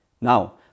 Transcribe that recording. Now